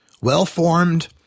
well-formed